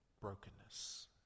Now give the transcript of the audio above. brokenness